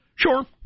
Sure